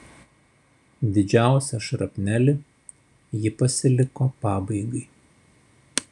didžiausią šrapnelį ji pasiliko pabaigai